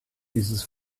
dieses